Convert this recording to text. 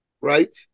right